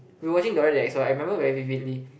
we were watching Dora the Explorer I remember very vividly